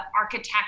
architect